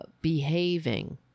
behaving